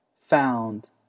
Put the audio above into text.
found